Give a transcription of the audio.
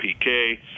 PK